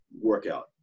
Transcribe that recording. workout